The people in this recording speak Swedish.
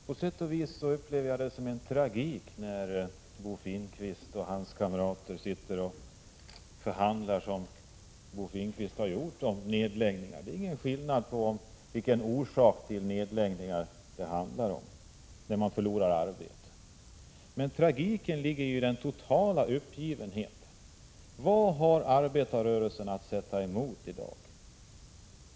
Herr talman! Jag upplever det som tragiskt när Bo Finnkvist och hans kamrater sitter och förhandlar om nedläggningar. För den som förlorar arbetet gör det ingen skillnad vilken orsak till nedläggning det handlar om. Tragiken ligger i den totala uppgivenheten. Vad har arbetarrörelsen att sätta emot i dag?